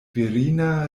virina